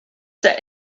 set